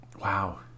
Wow